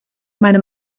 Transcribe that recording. meinem